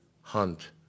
hunt